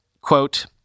Quote